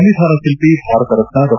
ಸಂವಿಧಾನ ಶಿಲ್ಪಿ ಭಾರತ ರತ್ನ ಡಾ